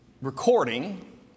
recording